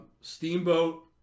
Steamboat